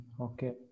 okay